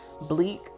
bleak